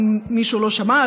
אם מישהו לא שמע,